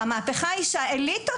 המהפכה היום היא של האליטות.